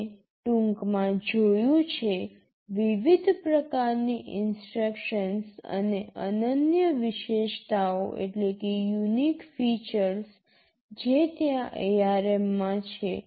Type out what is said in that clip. આપણે ટૂંકમાં જોયું છે વિવિધ પ્રકારની ઇન્સટ્રક્શનસ અને અનન્ય વિશેષતાઓ જે ત્યાં ARM માં છે